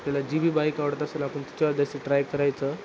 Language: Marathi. आपल्याला जी बी बाईक आवडत असेल आपण तिच्यावर जास्ती ट्राय करायचं